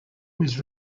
was